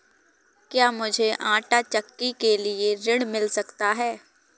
क्या मूझे आंटा चक्की के लिए ऋण मिल सकता है?